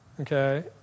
okay